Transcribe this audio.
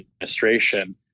administration